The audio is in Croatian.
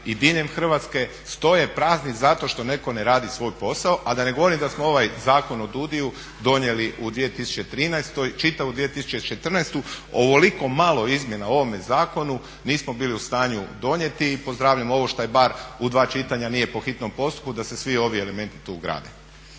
i diljem Hrvatske stoje prazni zato što netko ne radi svoj posao, a da ne govorim da smo ovaj Zakon o DUUDI-u donijeli u 2013., čitavu 2014. ovoliko malo izmjena o ovome zakonu nismo bili u stanju donijeti i pozdravljam ovo što je bar u dva čitanja nije po hitnom postupku da se svi ovi elementi tu ugrade.